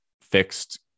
fixed